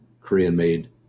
Korean-made